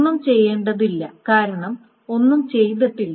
ഒന്നും ചെയ്യേണ്ടതില്ല കാരണം ഒന്നും ചെയ്തിട്ടില്ല